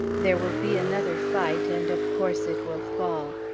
there will be another fight, and of course it will fall.